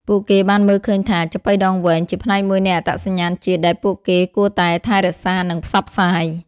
ពួកគេបានមើលឃើញថា ចាប៉ីដងវែង ជាផ្នែកមួយនៃអត្តសញ្ញាណជាតិដែលពួកគេគួរតែថែរក្សា និងផ្សព្វផ្សាយ។